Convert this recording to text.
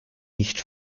nicht